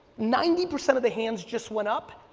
ninety percent of the hands just went up,